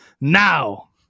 now